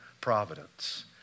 providence